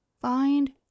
find